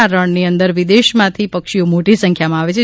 આ રણની અંદર વિદેશમાંથી પક્ષીઓ મોટી સંખ્યામાં આવે છે